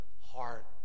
heart